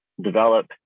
develop